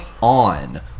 on